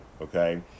okay